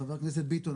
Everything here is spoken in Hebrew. חבר הכנסת ביטון,